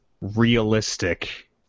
realistic